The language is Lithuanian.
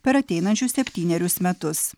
per ateinančius septynerius metus